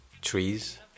trees